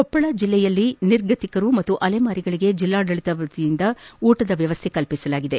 ಕೊಪ್ಪಳ ಜಿಲ್ಲೆಯಲ್ಲಿ ನಿರ್ಗತಿಕರು ಮತ್ತು ಅಲೆಮಾರಿಗಳಿಗೆ ಜಿಲ್ಲಾಡಳಿತದ ವತಿಯಿಂದ ಊಟದ ವ್ಯವಸ್ಥೆ ಕಲ್ಲಿಸಲಾಗಿದೆ